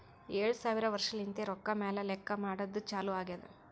ಏಳು ಸಾವಿರ ವರ್ಷಲಿಂತೆ ರೊಕ್ಕಾ ಮ್ಯಾಲ ಲೆಕ್ಕಾ ಮಾಡದ್ದು ಚಾಲು ಆಗ್ಯಾದ್